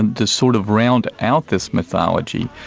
and to sort of round out this mythology,